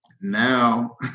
Now